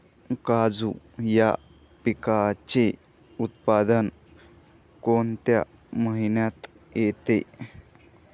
काजू या पिकाचे उत्पादन कोणत्या महिन्यात येते?